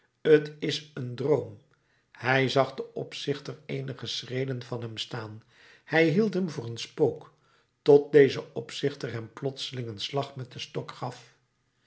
t is een droom hij zag den opzichter eenige schreden van hem staan hij hield hem voor een spook tot deze opzichter hem plotseling een slag met den stok gaf